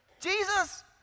Jesus